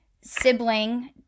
sibling